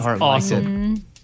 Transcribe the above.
awesome